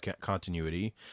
continuity